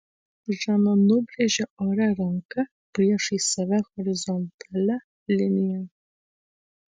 žana nubrėžė ore ranka priešais save horizontalią liniją